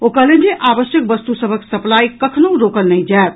ओ कहलनि जे आवश्यक वस्तु सभक सप्लाई कखनहूँ रोकल नहि जायत